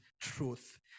truth